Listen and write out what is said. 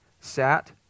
sat